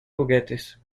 juguetes